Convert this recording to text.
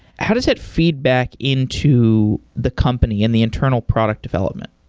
how does that feed back into the company, in the internal product development?